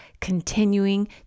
continuing